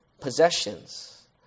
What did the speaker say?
possessions